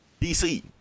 DC